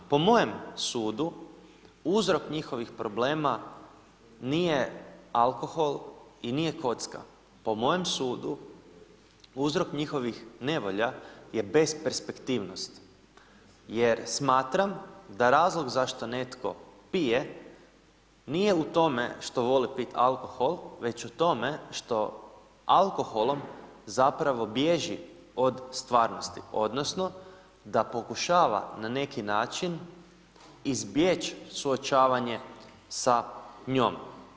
Po mojem sudu, uzrok njihovih problema nije alkohol i nije kocka, po mojem sudu, uzrok njihovih nevolja je besperspektivnost jer smatram da razlog zašto netko pije nije u tome što voli piti alkohol, već o tome što alkoholom zapravo bježi od stvarnosti, odnosno da pokušava na neki način izbjeći suočavanje sa njom.